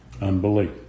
Unbelief